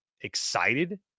excited